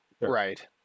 right